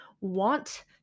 want